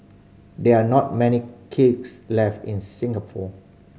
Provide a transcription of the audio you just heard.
there are not many kicks left in Singapore